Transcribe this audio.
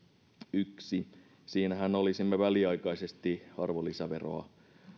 ensimmäisen siinähän olisimme väliaikaisesti arvonlisäveroa